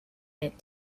mint